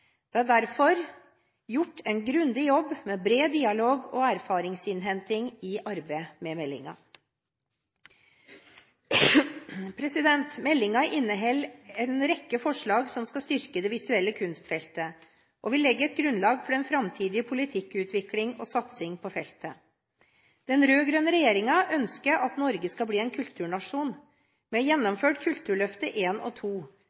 Det er derfor gjort en grundig jobb med bred dialog og erfaringsinnhenting i arbeidet med meldingen. Meldingen inneholder en rekke forslag som skal styrke det visuelle kunstfeltet, og vil legge et grunnlag for den framtidige politikkutvikling og satsing på feltet. Den rød-grønne regjeringen ønsker at Norge skal bli en kulturnasjon. Vi har gjennomført Kulturløftet I og